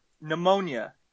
pneumonia